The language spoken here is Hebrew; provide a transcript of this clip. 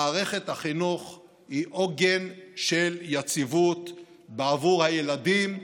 מערכת החינוך היא עוגן של יציבות בעבור הילדים,